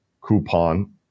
coupon